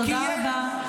תודה רבה.